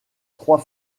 trois